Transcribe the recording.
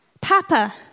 Papa